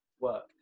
work